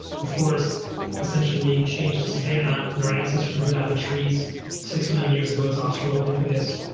the forest essentially changed to savannah and our ancestors moved out of the trees six million years ago as australopithecus.